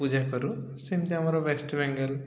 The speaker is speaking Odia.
ପୂଜା କରୁ ସେମିତି ଆମର ୱେଷ୍ଟବେଙ୍ଗଲ